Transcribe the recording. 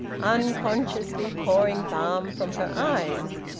unconsciously pouring balm from her eyes.